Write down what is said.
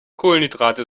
kohlenhydrate